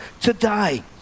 today